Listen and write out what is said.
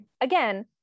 again